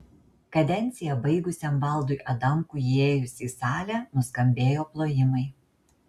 kadenciją baigusiam valdui adamkui įėjus į salę nuskambėjo plojimai